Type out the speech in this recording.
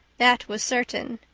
that was certain.